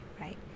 right